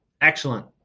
Excellent